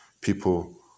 people